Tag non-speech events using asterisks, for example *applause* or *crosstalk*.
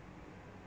*laughs*